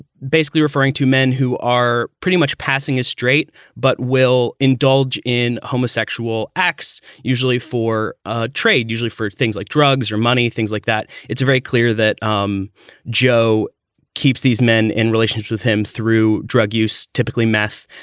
basically referring to men who are pretty much passing it straight but will indulge in homosexual acts, usually for ah trade, usually for things like drugs or money, things like that. it's very clear that um joe keeps these men in relationship with him through drug use, typically meth.